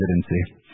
presidency